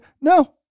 No